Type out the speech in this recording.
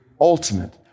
ultimate